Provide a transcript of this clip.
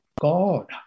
God